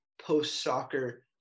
post-soccer